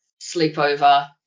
sleepover